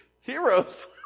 heroes